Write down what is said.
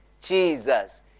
Jesus